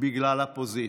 בגלל הפוזיציה.